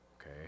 Okay